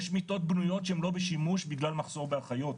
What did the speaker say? יש מיטות בנויות שהן לא בשימוש בגלל מחסור באחיות,